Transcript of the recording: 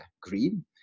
green